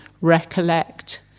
recollect